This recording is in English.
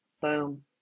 boom